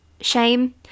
shame